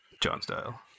John-style